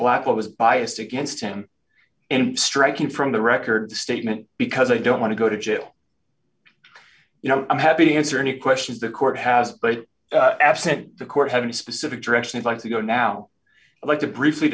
black was biased against him and striking from the record statement because i don't want to go to jail you know i'm happy to answer any questions the court has but absent the court having a specific direction of life to go now i like to briefly